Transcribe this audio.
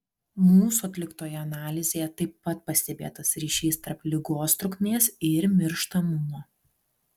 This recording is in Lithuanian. mūsų atliktoje analizėje taip pat pastebėtas ryšys tarp ligos trukmės ir mirštamumo